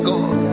God